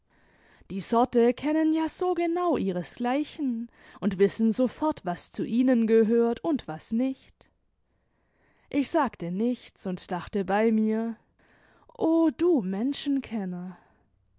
die sorte kennen ja so genau ihresgleichen und wissen sofort was zu ihnen gehört und was nicht ich sagte nichts imd dachte bei mir o du